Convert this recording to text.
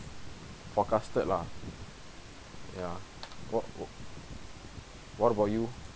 forecasted lah ya what what what about you